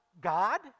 God